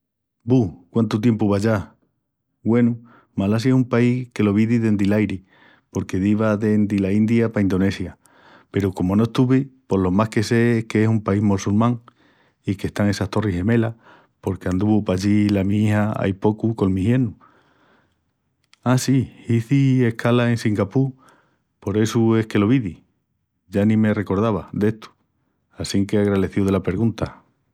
Bu, quántu tiempu va ya! Güenu, Malasia es un país que lo vidi dendi l'airi porque diva dendi la India pa Indonesia. Peru comu no estuvi pos lo más que sé es qu'es un país mossulmán i qu'están essas torris gemelas porque estuvu pallí la mi ija ai pocu col mi giernu. A sí, hizi escala en Singapur, por essu es que lo vidi. Ya ni me recordava d'estu assinque agraleciu dela pergunta.